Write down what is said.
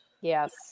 Yes